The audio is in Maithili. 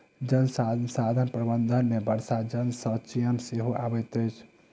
जल संसाधन प्रबंधन मे वर्षा जल संचयन सेहो अबैत अछि